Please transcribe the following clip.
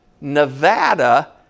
Nevada